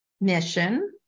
Mission